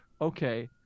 Okay